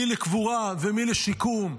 מי לקבורה ומי לשיקום.